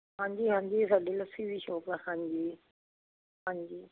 ਹਾਂਜੀ ਹਾਂਜੀ ਸਾਡੀ ਲੱਸੀ ਦੀ ਸ਼ੋਪ ਆ ਹਾਂਜੀ ਹਾਂਜੀ